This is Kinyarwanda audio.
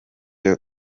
bino